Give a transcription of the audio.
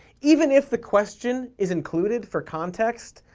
even if the question is included for context,